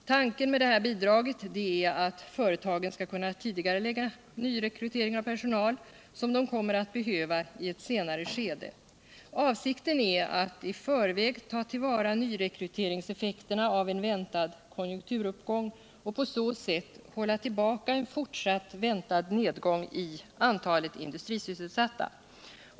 Tanken med det bidraget är att företagen skall kunna tidigarelägga nyrekrytering av personal, som de kommer att behöva i ett senare skede. Avsikten är att i förväg ta till vara nyrekryteringseffekterna av en väntad konjunkturuppgång och på så sätt hålla tillbaka en fortsatt väntad nedgång i antalet industrisysselsatta.